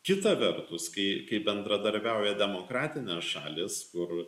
kita vertus kai kai bendradarbiauja demokratinės šalys kur